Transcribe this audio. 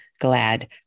glad